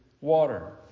water